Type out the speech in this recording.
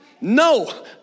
No